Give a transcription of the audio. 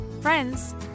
friends